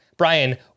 Brian